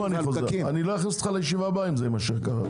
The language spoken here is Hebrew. לא אכניס אותך לישיבה הבאה אם זה יימשך ככה.